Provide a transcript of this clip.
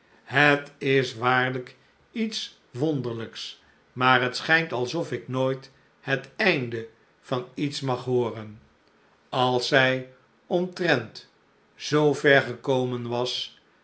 het is waarlijk iets wonderlijks maar hetschijnt alsof ik nooit het einde van iets mag hooren als zij omtrent zoover gekomen was